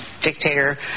dictator